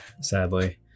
sadly